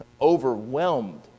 overwhelmed